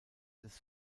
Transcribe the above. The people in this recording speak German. des